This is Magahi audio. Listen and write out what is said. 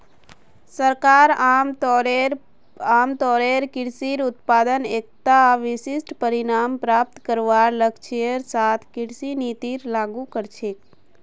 सरकार आमतौरेर कृषि उत्पादत एकता विशिष्ट परिणाम प्राप्त करवार लक्ष्येर साथ कृषि नीतिर लागू कर छेक